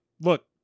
look